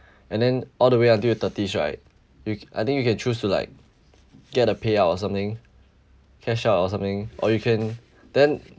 and then all the way until your thirties right you I think you can choose to like get a payout or something cash out or something or you can then